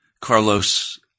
Carlos